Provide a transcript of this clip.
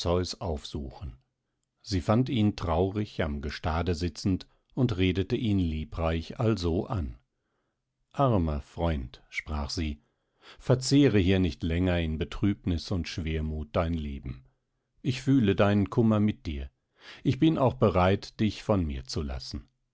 aufzusuchen sie fand ihn traurig am gestade sitzend und redete ihn liebreich also an armer freund sprach sie verzehre hier nicht langer in betrübnis und schwermut dein leben ich fühle deinen kummer mit dir ich bin auch bereit dich von mir zu lassen